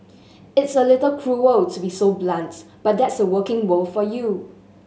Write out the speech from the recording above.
it's a little cruel to be so blunts but that's the working world for you